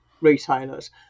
retailers